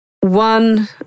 One